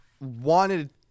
wanted